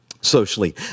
socially